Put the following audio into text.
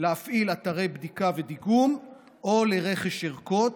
להפעלת אתרי בדיקה ודיגום או לרכישת ערכות.